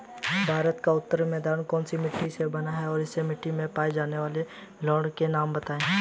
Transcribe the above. भारत का उत्तरी मैदान कौनसी मिट्टी से बना है और इस मिट्टी में पाए जाने वाले लवण के नाम बताइए?